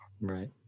right